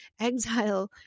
exile